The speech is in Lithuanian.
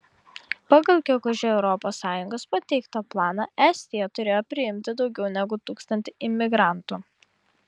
pagal gegužę europos sąjungos pateiktą planą estija turėjo priimti daugiau negu tūkstantį imigrantų